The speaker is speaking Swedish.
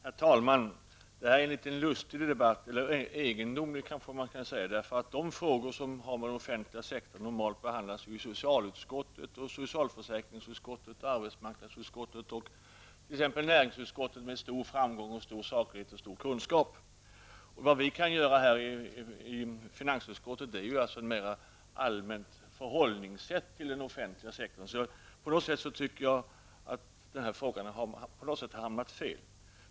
Herr talman! Det är en liten lustig debatt, eller man kanske kan säga egendomlig, därför att frågor som har med den offentliga sektorn att göra behandlas normalt i socialutskottet, socialförsäkringsutskottet, arbetsmarknadsutskottet och näringsutskottet med stor framgång, stor saklighet och stor kunskap. Vad vi kan göra i finansutskottet är mer att ge uttryck för ett allmänt förhållningssätt till den offentliga sektorn. På något sätt tycker jag att den här frågan har hamnat fel.